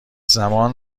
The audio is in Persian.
زمان